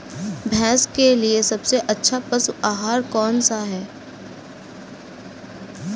भैंस के लिए सबसे अच्छा पशु आहार कौन सा है?